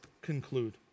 conclude